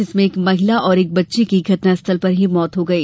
जिसमें एक महिला और बच्ची की घटनास्थल पर ही मौत हो गई